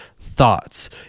thoughts